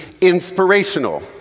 inspirational